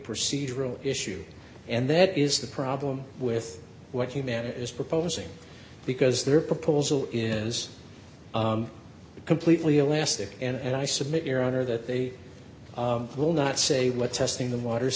procedural issue and that is the problem with what humana is proposing because their proposal is completely elastic and i submit your honor that they will not say what testing the waters